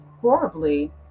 horribly